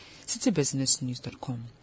citybusinessnews.com